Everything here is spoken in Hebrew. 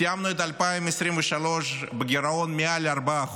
סיימנו את 2023 בגירעון מעל 4%,